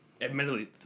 admittedly